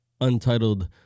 Untitled